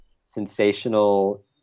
sensational